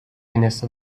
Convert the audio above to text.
اینستا